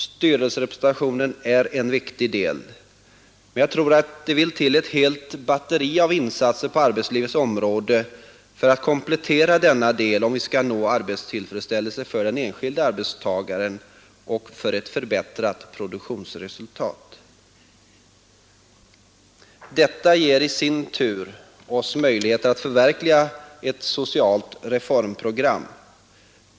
Styrelserepresentationen är en viktig del, men jag tror att det vill till ett helt batteri av insatser på arbetslivets områden för att komplettera denna del, om vi skall nå arbetstillfredsställelse för den enskilde arbetstagaren och ett förbättrat produktionsresultat. Detta ger oss i sin tur möjligheter att förverkliga ett socialt reformprogram.